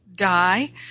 die